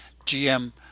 GM